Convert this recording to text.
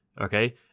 okay